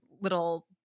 little